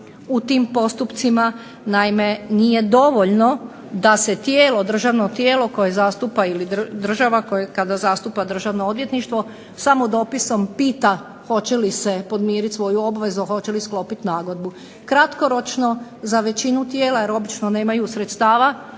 u tim postupcima. Naime, nije dovoljno da se državno tijelo koje zastupa ili država kada zastupa Državno odvjetništvo samo dopisom pita hoće li se podmiriti svoju obvezu, hoće li sklopiti nagodbu. Kratkoročno za većinu tijela, jer obično nemaju sredstava